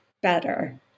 better